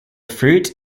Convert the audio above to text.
fruit